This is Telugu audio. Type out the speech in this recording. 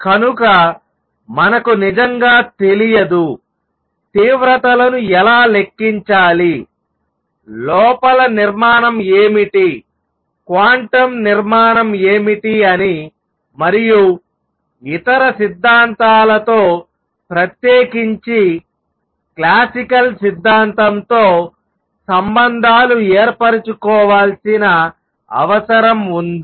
కనుక మనకు నిజంగా తెలియదు తీవ్రతలను ఎలా లెక్కించాలి లోపల నిర్మాణం ఏమిటి క్వాంటం నిర్మాణం ఏమిటి అని మరియు ఇతర సిద్ధాంతాలతో ప్రత్యేకించి క్లాసికల్ సిద్ధాంతం తో సంబంధాలు ఏర్పరచుకోవాల్సిన అవసరం ఉంది